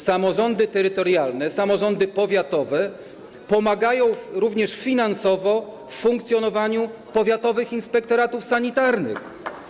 Samorządy terytorialne, samorządy powiatowe pomagają, również finansowo, w funkcjonowaniu powiatowych inspektoratów sanitarnych.